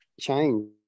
change